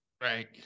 Right